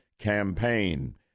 campaign